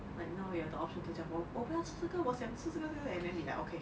but now you have the option to 我不要吃这个我想吃这个这个这个 and then they be like okay